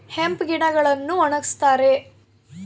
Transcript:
hemp ಗಿಡಗಳನ್ನು ಒಣಗಸ್ತರೆ